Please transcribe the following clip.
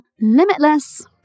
limitless